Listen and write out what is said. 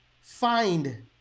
Find